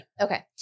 Okay